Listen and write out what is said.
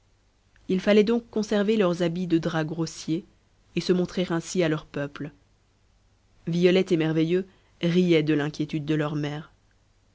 il fallait donc conserver leurs habits de drap grossier et se montrer ainsi à leurs peuples violette et merveilleux riaient de l'inquiétude de leur mère